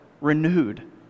renewed